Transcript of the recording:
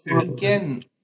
again